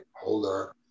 holder